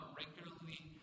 regularly